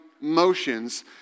motions